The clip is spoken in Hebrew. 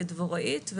כדבוראית,